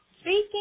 speaking